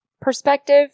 perspective